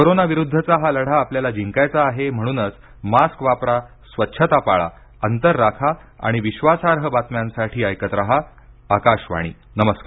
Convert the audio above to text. corona विरुद्धचा हा लढा आपल्याला जिंकायचा आहे म्हणूनच मास्क वापरा स्वच्छता पाळा अंतर राखा आणि विश्वासार्ह बातम्यांसाठी ऐकत रहा आकाशवाणी नमस्कार